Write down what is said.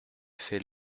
fait